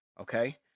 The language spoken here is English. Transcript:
Okay